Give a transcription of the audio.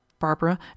Barbara